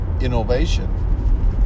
innovation